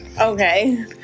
Okay